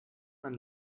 man